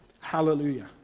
Hallelujah